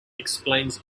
explains